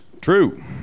True